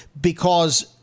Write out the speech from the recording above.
because-